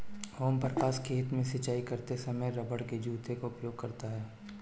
ओम प्रकाश खेत में सिंचाई करते समय रबड़ के जूते का उपयोग करता है